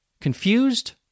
Confused